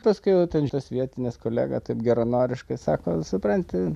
tas kai jau ten tas vietinis kolega taip geranoriškai sako supranti